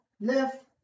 left